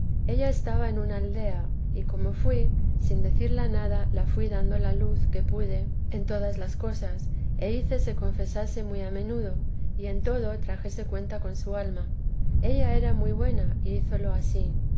ella estaba en una aldea y como fui sin decirle nada le fui dando la luz que pude en todas las cosas hice se confesase muy a menudo y en todo trajese cuenta con su alma ella era muy buena é hízolo ansí